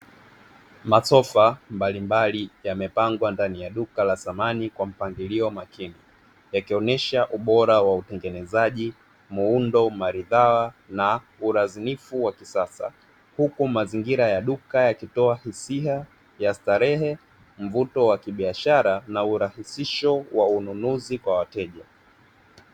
Masofa mbalimbali yamepangwa ndani ya duka la samani kwa mpangilio makini, yakionesha ubora wa utengenezaji, muundo maridhawa na uradhinifu wa kisasa huku mazingira ya duka yakitoa hisia ya starehe, mvuto wa kibiashara na urahisisho wa ununuzi kwa wateja.